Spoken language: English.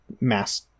mass